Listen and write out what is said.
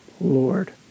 Lord